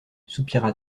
soupira